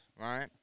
right